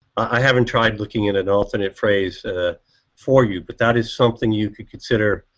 i haven't tried looking at and alternate phrase for you, but that is something you could consider.